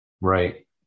Right